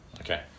Okay